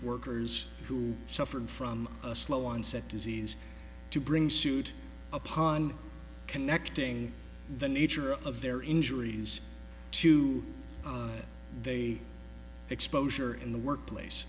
workers who suffered from a slow onset disease to bring suit upon connecting the nature of their injuries to they exposure in the workplace